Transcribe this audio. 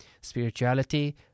spirituality